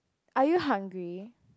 are you hungry